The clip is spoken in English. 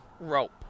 rope